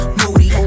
moody